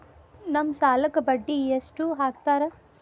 ನಮ್ ಸಾಲಕ್ ಬಡ್ಡಿ ಎಷ್ಟು ಹಾಕ್ತಾರ?